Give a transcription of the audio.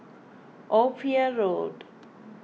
Ophir Road